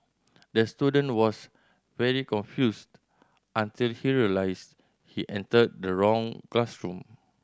the student was very confused until he realised he entered the wrong classroom